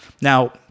Now